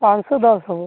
ପାଞ୍ଚଶହ ଦଶ ହେବ